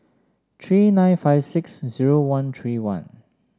three nine five six zero one three one